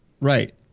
Right